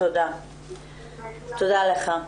תודה לך.